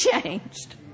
changed